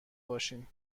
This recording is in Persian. باشین